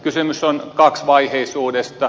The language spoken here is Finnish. kysymys on kaksivaiheisuudesta